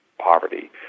poverty